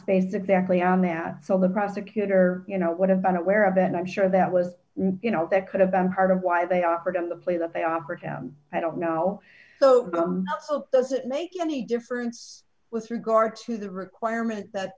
space exactly on that so the prosecutor you know would have been aware of that and i'm sure that was you know that could have been part of why they offered him the plea that they offered him i don't know so doesn't make any difference with regard to the requirement that